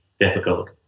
difficult